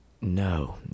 No